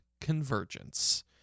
Convergence